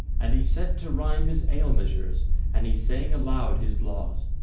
and he set to rhyme his ale-measures, and he sang aloud his laws,